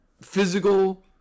physical